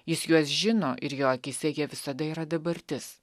jis juos žino ir jo akyse jie visada yra dabartis